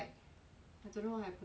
I don't know what happened to her